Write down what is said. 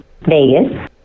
Vegas